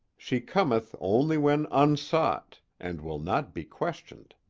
she cometh only when unsought, and will not be questioned.